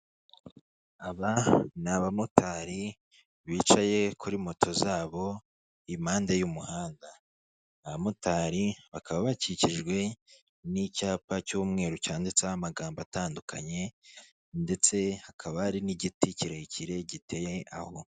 Aba ni abamotari bicaye kuri moto zabo impande y'umuhanda abamotari bakaba bakikijwe n'icyapa cy'umweru cyanditseho amagambo atandukanye ndetse hakaba hari n'igiti kirekire giteye aho.